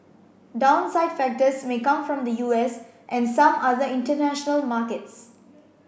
downside factors may come from the U S and some other international markets